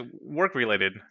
work-related